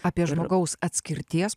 apie žmogaus atskirties